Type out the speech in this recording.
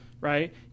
right